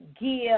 give